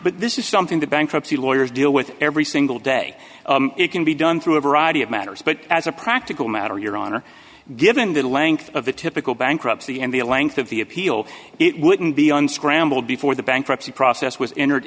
but this is something the bankruptcy lawyers deal with every single day it can be done through a variety of matters but as a practical matter your honor given the length of the typical bankruptcy and the a length of the appeal it wouldn't be unscrambled before the bankruptcy process was entered